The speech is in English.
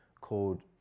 called